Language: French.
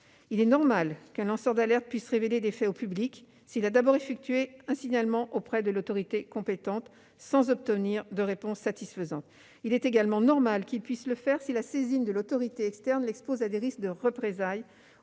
Il est normal qu'un lanceur d'alerte puisse révéler les faits au public s'il a d'abord effectué un signalement auprès de l'autorité compétente sans obtenir de réponse satisfaisante. Il est également normal qu'il puisse le faire si la saisine de l'autorité externe l'expose à des risques de représailles